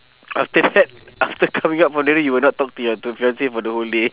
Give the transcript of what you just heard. after that after coming up from there then you will not talk to your to fiance for the whole day